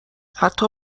حتی